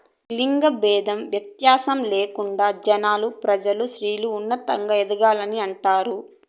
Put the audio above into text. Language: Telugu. లింగ భేదం వ్యత్యాసం లేకుండా జనాలు ప్రజలు స్త్రీలు ఉన్నతంగా ఎదగాలని అంటారు